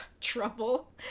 trouble